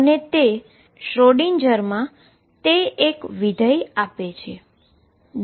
અને તે શ્રોડિંજરમાં Schrödinger તે એક ફંક્શન આપે છે